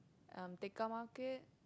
um Tekka-Market